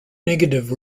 negative